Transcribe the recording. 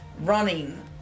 running